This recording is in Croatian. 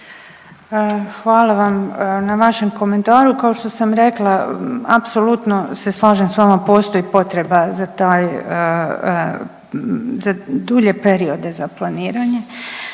Hvala vam na vašem komentaru. Kao što sam rekla apsolutno se slažem s vama, postoji potreba za taj, za dulje periode za planiranje